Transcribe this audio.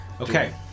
Okay